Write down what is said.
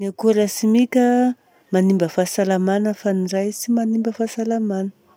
Ny akora simika manimba fahasalamana fa ny iray tsy manimba fahasalamana.